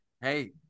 Hey